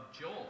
Joel